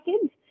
kids